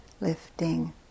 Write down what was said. lifting